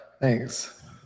thanks